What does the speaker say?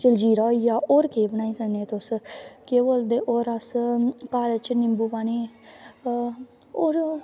जलजीरा होईया होरकेह् बनाई सकने तुस केह् बोलदे होर अस घर च निमबू पानी होर